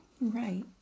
Right